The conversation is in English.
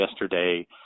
yesterday